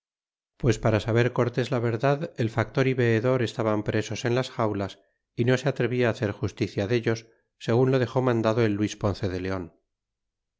pues para saber cortés la verdad el factor y veedor estaban presos en las xaulas y no se atrevia hacer justicia dellos segun lo dex mandado el luis ponce de leon